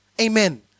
Amen